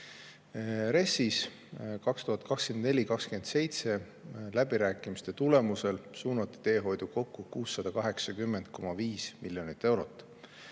aasta RES‑i läbirääkimiste tulemusel suunati teehoidu kokku 680,5 miljonit eurot.